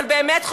אבל באמת,